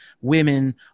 women